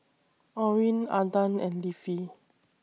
Orrin Adan and Leafy